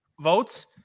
votes